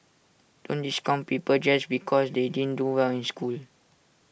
don't discount people just because they didn't do well in school